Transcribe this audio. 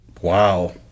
Wow